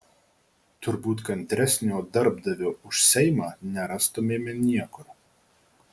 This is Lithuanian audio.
turbūt kantresnio darbdavio už seimą nerastumėme niekur